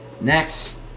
Next